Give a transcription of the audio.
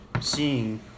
seeing